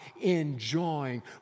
enjoying